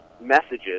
messages